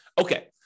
Okay